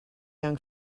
young